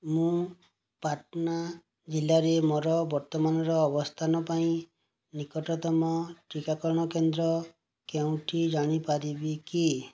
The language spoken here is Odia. ମୁଁ ପାଟନା ଜିଲ୍ଲାରେ ମୋର ବର୍ତ୍ତମାନର ଅବସ୍ଥାନ ପାଇଁ ନିକଟତମ ଟୀକାକରଣ କେନ୍ଦ୍ର କେଉଁଠି ଜାଣିପାରିବି କି